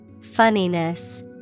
Funniness